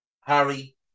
Harry